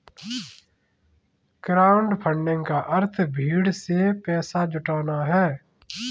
crowdfunding का अर्थ भीड़ से पैसा जुटाना है